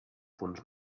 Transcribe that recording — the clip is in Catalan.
fons